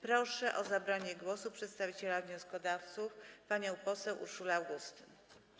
Proszę o zabranie głosu przedstawiciela wnioskodawców panią poseł Urszulę Augustyn.